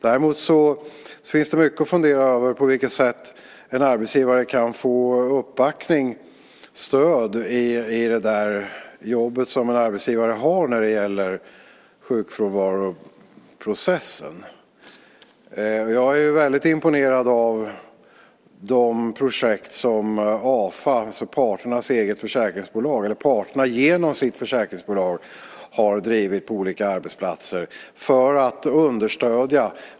Däremot finns det mycket att fundera över när det gäller på vilket sätt en arbetsgivare kan få uppbackning, stöd, i det jobb som en arbetsgivare har i sjukfrånvaroprocessen. Jag är väldigt imponerad av de projekt som parterna genom sitt försäkringsbolag har drivit på olika arbetsplatser för att understödja.